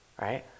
right